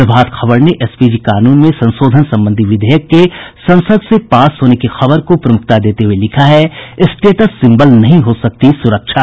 प्रभात खबर ने एसपीजी कानून में संशोधन संबंधी विधेयक के संसद से पास होने की खबर को प्रमुखता देत हुये लिखा है स्टेटस सिम्बल नहीं हो सकती सुरक्षा